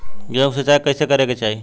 गेहूँ के सिंचाई कइसे करे के चाही?